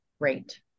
great